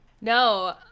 no